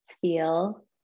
feel